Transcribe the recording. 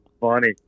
funny